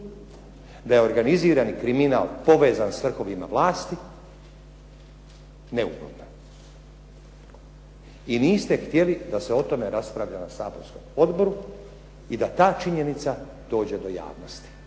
tema neorganizirani kriminal povezan s vrhovima vlasti neugodna. I niste htjeli da se o tome raspravlja na saborskom odboru i da ta činjenica dođe do javnosti.